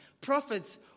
Prophets